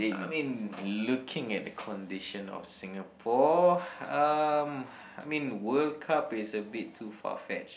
I mean looking at the condition of Singapore um I mean World Cup is a bit too far-fetched